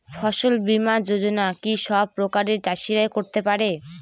ফসল বীমা যোজনা কি সব প্রকারের চাষীরাই করতে পরে?